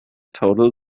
total